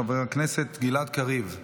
חבר הכנסת גלעד קריב.